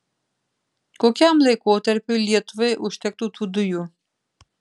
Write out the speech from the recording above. kokiam laikotarpiui lietuvai užtektų tų dujų